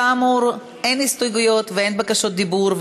כאמור, אין הסתייגויות ואין בקשות דיבור.